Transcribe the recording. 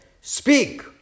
Speak